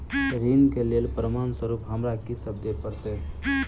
ऋण केँ लेल प्रमाण स्वरूप हमरा की सब देब पड़तय?